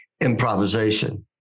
improvisation